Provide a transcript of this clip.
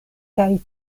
kaj